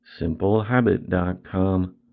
SimpleHabit.com